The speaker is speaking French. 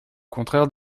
contraire